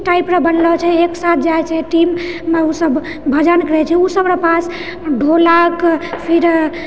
टाइपके बनलोछै एकसाथ जाइछेै टीममे ओ सब भजन करैछेै ओ सबरऽ पास ढ़ोलक फिर